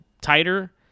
tighter